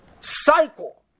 cycle